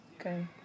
Okay